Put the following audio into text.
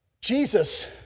Jesus